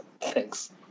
Thanks